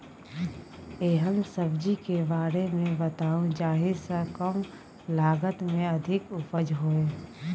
एहन सब्जी के बारे मे बताऊ जाहि सॅ कम लागत मे अधिक उपज होय?